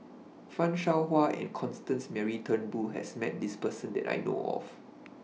fan Shao Hua and Constance Mary Turnbull has Met This Person that I know of